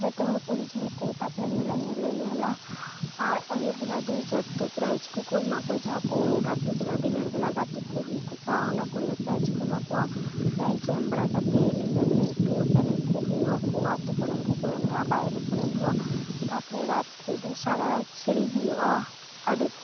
ᱡᱚᱛᱚ ᱦᱚᱲ ᱠᱚ ᱦᱤᱡᱩᱜ ᱟᱠᱚ ᱛᱟᱨᱯᱚᱨᱮ ᱢᱮᱞᱟ ᱞᱮ ᱧᱮᱞᱟ ᱟᱨ ᱟᱹᱭᱩᱵ ᱵᱮᱲᱟ ᱫᱚ ᱡᱚᱛᱚ ᱯᱨᱟᱭᱤᱡ ᱠᱚᱠᱚ ᱮᱢᱟ ᱠᱚᱣᱟ ᱡᱟᱦᱟᱸ ᱠᱚ ᱜᱟᱛᱮᱜ ᱠᱚ ᱫᱤᱱ ᱵᱮᱲᱟ ᱜᱟᱛᱮᱜ ᱠᱚ ᱦᱩᱭ ᱠᱚᱜᱼᱟ ᱚᱱᱟ ᱨᱮᱱᱟᱜ ᱯᱨᱟᱭᱤᱡ ᱠᱚ ᱮᱢᱟ ᱠᱚᱣᱟ ᱯᱨᱟᱭᱤᱡ ᱮᱢ ᱵᱟᱲᱟ ᱠᱟᱛᱮ ᱧᱤᱫᱟᱹ ᱵᱮᱲᱟ ᱮᱠᱴᱩ ᱯᱨᱳᱜᱨᱟᱢ ᱠᱚ ᱦᱩᱭᱩᱜᱼᱟ ᱟᱹᱛᱩ ᱠᱚᱨᱮᱱ ᱠᱩ ᱮᱱᱮᱡᱼᱟ ᱵᱟᱭᱨᱮ ᱠᱚᱨᱮᱱ ᱦᱚᱸ ᱛᱟᱨᱯᱚᱨᱮ ᱧᱤᱫᱟᱹ ᱫᱚ ᱥᱟᱨᱟ ᱧᱤᱫᱟᱹ ᱥᱮᱨᱮᱧ ᱦᱩᱭᱩᱜᱼᱟ ᱟᱹᱰᱤ